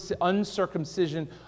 uncircumcision